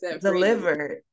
Delivered